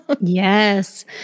Yes